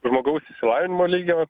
žmogaus išsilavinimo lygio